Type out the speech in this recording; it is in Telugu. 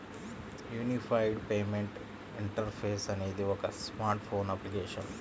యూనిఫైడ్ పేమెంట్ ఇంటర్ఫేస్ అనేది ఒక స్మార్ట్ ఫోన్ అప్లికేషన్